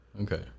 Okay